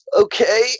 Okay